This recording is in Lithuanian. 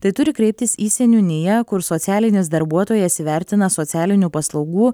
tai turi kreiptis į seniūniją kur socialinis darbuotojas įvertina socialinių paslaugų